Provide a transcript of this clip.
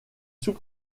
sous